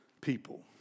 people